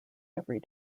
every